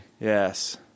Yes